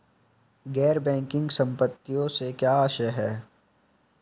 गैर बैंकिंग संपत्तियों से क्या आशय है?